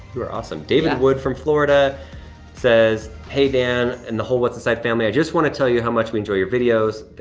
you are awesome. david wood from florida says, hey, dan and the whole what's inside family, i just wanna tell you how much we enjoy your videos.